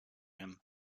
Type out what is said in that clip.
him